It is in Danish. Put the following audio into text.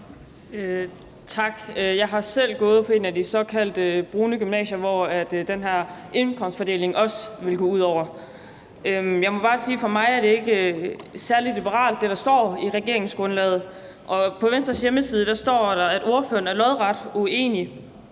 Tak. Jeg har selv gået på et af de såkaldte brune gymnasier, som den her indkomstfordeling også ville gå ud over. Jeg må bare sige, at for mig er det, der står i regeringsgrundlaget, ikke særlig liberalt, og på Venstres hjemmeside står der, at ordføreren er lodret imod,